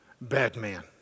Batman